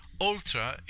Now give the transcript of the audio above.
Ultra